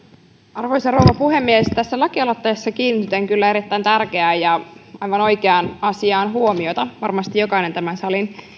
arvoisa rouva puhemies tässä lakialoitteessa kiinnitetään kyllä erittäin tärkeään ja aivan oikeaan asiaan huomiota varmasti jokainen tämän salin